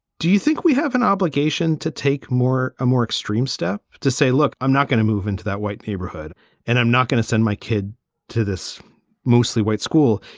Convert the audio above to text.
do you think we have an obligation to take more a more extreme step to say, look, i'm not going to move into that white neighborhood and i'm not going to send my kid to this mostly white school?